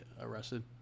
arrested